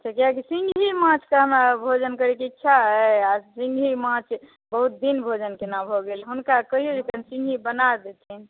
से किआकि सिन्घी माछ तऽ हमरा भोजन करैके इच्छा अछि आओर सिन्घी माछ बहुत दिन भोजन केना भऽ गेल हुनका कहिऔन जे सिन्घी बना देथिन